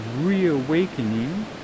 reawakening